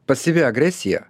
pasyvi agresija